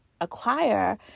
acquire